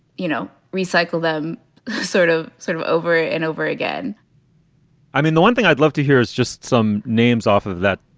you know, recycle them sort of sort of over and over again i mean, the one thing i'd love to hear is just some names off of that,